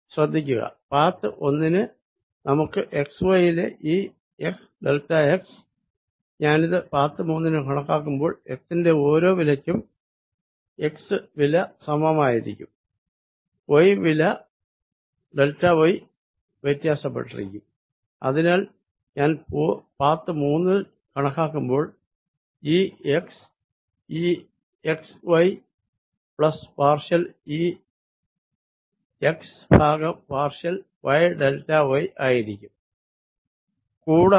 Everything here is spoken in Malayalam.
ശ്രദ്ധിക്കുക പാത്ത് 1 ന് നമുക്ക് x y യിലെ E x ഡെൽറ്റ x ഞാനിത് പാത്ത് 3 ന് കണക്കാക്കുമ്പോൾ x ന്റെ ഓരോ വിലയ്ക്കും x വില സമമായിരിക്കും y വില ഡെൽറ്റ y വ്യത്യാസപ്പെട്ടിരിക്കും അതിനാൽ ഞാൻ പാത്ത് 3 ൽ കണക്കാക്കുമ്പോൾ E x E x x y plus partial E x ഭാഗം പാർഷ്യൽ വൈഡെൽറ്റ y ആയിരിക്കും